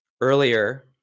Earlier